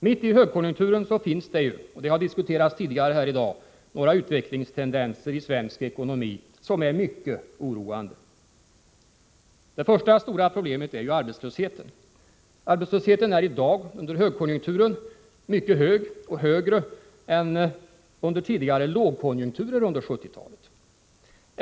Mitt i högkonjunkturen finns det ju, och det har diskuterats här i kammaren tidigare i dag, några tendenser när det gäller utvecklingen i svensk ekonomi som är mycket oroande. Det första stora problemet är arbetslösheten. Arbetslösheten är i dag, i en högkonjunktur, mycket hög, och högre än under tidigare lågkonjunkturer på 1970-talet.